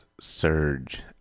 surge